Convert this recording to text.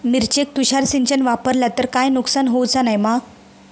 मिरचेक तुषार सिंचन वापरला तर काय नुकसान होऊचा नाय मा?